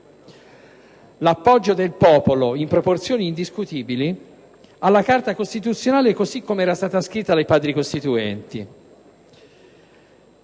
l'appoggio del popolo, in proporzioni indiscutibili, alla Carta costituzionale così com'era stata scritta dai Padri costituenti.